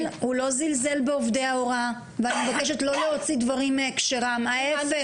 זלזל בעובדי ההוראה ואני מבקשת לא להוציא דברים מהקשרם ההיפך.